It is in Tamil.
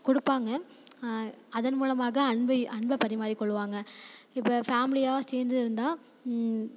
கொடுப்பாங்க அதன் மூலமாக தான் அன்பை அன்பை பரிமாறிக்கொள்வாங்க இப்போ ஃபேமிலியாக சேர்ந்துருந்தா